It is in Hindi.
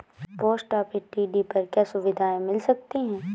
पोस्ट ऑफिस टी.डी पर क्या सुविधाएँ मिल सकती है?